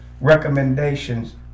recommendations